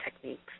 techniques